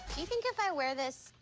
you think if i wear this,